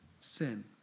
sin